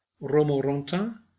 Romorantin